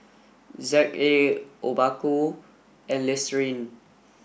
Z A Obaku and Listerine